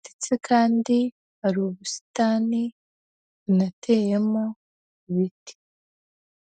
ndetse kandi hari ubusitani bunateyemo ibiti.